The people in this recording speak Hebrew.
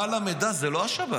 בעל המידע זה לא השב"כ.